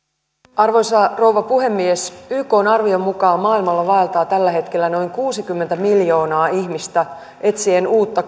arvoisa rouva puhemies ykn arvion mukaan maailmalla vaeltaa tällä hetkellä noin kuusikymmentä miljoonaa ihmistä etsien uutta